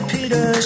Peter